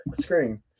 Screen